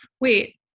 wait